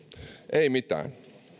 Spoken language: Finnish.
ei mitään